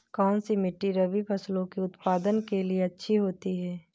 कौनसी मिट्टी रबी फसलों के उत्पादन के लिए अच्छी होती है?